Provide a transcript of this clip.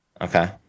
Okay